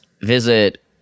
visit